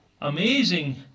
amazing